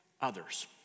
others